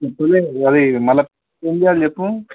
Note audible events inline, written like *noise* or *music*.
*unintelligible* అది మళ్ళీ ఏం చెయ్యాలి చెప్పు